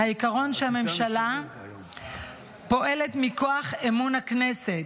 "העיקרון שהממשלה פועלת מכוח אמון הכנסת",